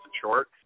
short